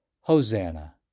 Hosanna